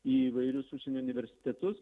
į įvairius užsienio universitetus